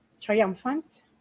triumphant